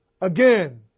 again